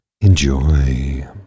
Enjoy